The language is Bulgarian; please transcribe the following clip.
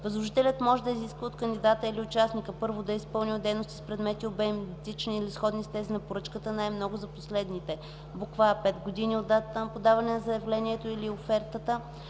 Възложителят може да изисква от кандидата или участника: 1. да е изпълнил дейности с предмет и обем, идентични или сходни с тези на поръчката, най-много за последните: а) 5 години от датата на подаване на заявлението или на офертата